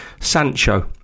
Sancho